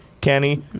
Kenny